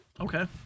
Okay